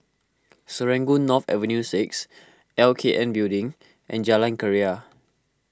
Serangoon North Avenue six L K N Building and Jalan Keria